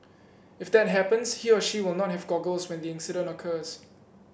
if that happens he or she will not have goggles when the incident occurs